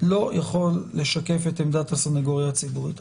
לא יכול לשקף את עמדת הסנגוריה הציבורית.